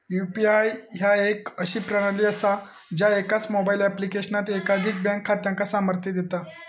UPI ह्या एक अशी प्रणाली असा ज्या एकाच मोबाईल ऍप्लिकेशनात एकाधिक बँक खात्यांका सामर्थ्य देता